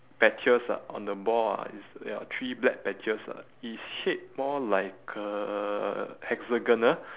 patches ah on the ball ah it's ya three black patches lah it's shaped more like a hexagonal